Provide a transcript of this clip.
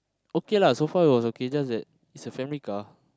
okay lah so far it was okay just that it's a family car